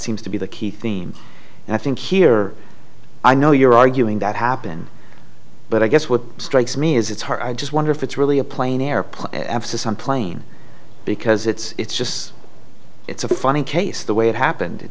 seems to be the key theme and i think here i know you're arguing that happen but i guess what strikes me is it's hard just wonder if it's really a plane airplane emphasis on plane because it's just it's a funny case the way it happened it